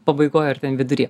pabaigoj ar ten vidury